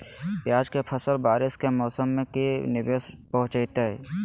प्याज के फसल बारिस के मौसम में की निवेस पहुचैताई?